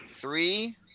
Three